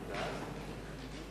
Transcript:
ההצעה להעביר את